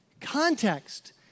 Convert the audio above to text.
context